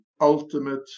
ultimate